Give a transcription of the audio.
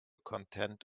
content